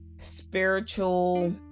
spiritual